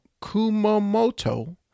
Kumamoto